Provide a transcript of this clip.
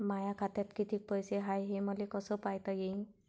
माया खात्यात कितीक पैसे हाय, हे मले कस पायता येईन?